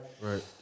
Right